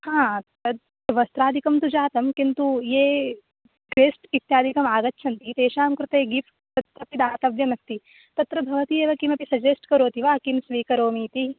हा तद् वस्त्रादिकं तु जातं किन्तु ये गेस्ट् इत्यादिकम् आगच्छन्ति तेषां कृते गिफ़्ट् अपि दातव्यम् अस्ति तत्र भवती एव किमपि सजेस्ट् करोति वा किं स्वीकरोमि इति